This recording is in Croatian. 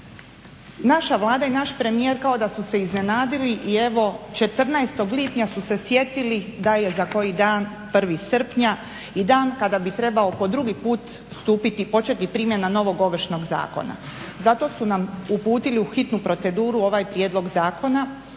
Naša Vlada i naš premijer kao da su se iznenadili i evo 14. lipnja su se sjetili da je za koji dan 1. srpnja i dan kada bi trebao po drugi put stupiti, početi primjena novog Ovršnog zakona. Zato su nam uputili u hitnu proceduru ovaj prijedlog zakona